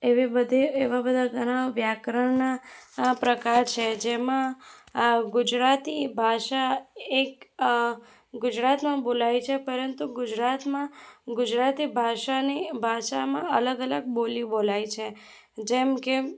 એવી બધી એવા બધા ઘણા વ્યાકરણના આ પ્રકાર છે જેમાં આ ગુજરાતી ભાષા એક ગુજરાતમાં બોલાય છે પરંતુ ગુજરાતમાં ગુજરાતી ભાષાની ભાષામાં અલગ અલગ બોલી બોલાય છે જેમ કે